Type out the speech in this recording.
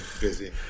busy